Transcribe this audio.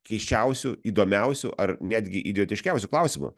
keisčiausių įdomiausių ar netgi idiotiškiausių klausimų